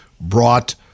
brought